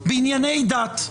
בענייני דת,